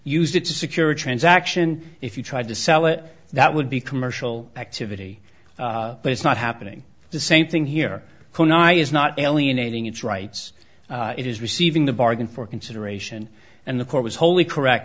used it to secure a transaction if you tried to sell it that would be commercial activity but it's not happening the same thing here can i is not alienating its rights it is receiving the bargain for consideration and the court was wholly correct